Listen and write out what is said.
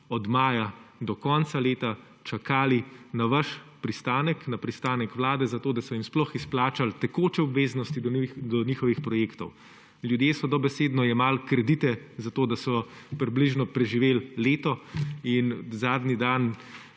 od maja do konca leta čakali na vaš pristanek, na pristanek vlade, da so jim sploh izplačali tekoče obveznosti do njihovih projektov. Ljudje so dobesedno jemali kredite, da so približno preživeli leto. Zadnji dan